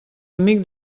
amic